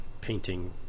painting